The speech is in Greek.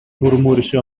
μουρμούρισε